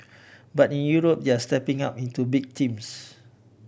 but in Europe they are stepping up into big teams